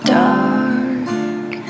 dark